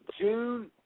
June